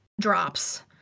drops